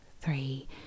three